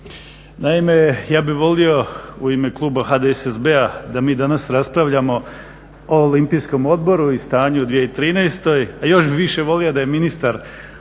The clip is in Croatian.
Naime, ja bih volio u ime kluba HDSSB-a da mi danas raspravljamo o Olimpijskom odboru i stanju u 2013., a još bih više volio da je ministar